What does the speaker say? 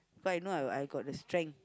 for I know I I got the strength